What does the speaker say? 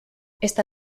esta